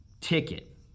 ticket